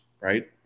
right